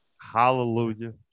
Hallelujah